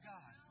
God